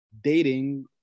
dating